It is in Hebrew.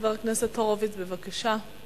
חבר הכנסת הורוביץ, בבקשה.